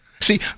See